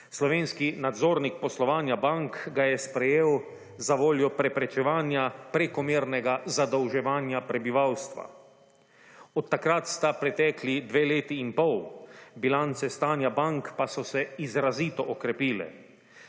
Slovenski nadzornik poslovanja bank ga je sprejel za voljo preprečevanja prekomernega zadolževanja prebivalstva. Od takrat sta pretekli dve leti in pol, bilance stanja bank pa so se izrazito okrepile.